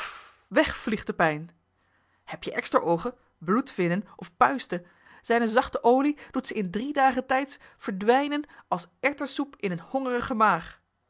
weg vliegt de pijn heb-je eksteroogen bloedvinnen of puisten zijne zachte olie doet ze in drie dagen tijds verdwijnen als erwtensoep in eene hongerige maag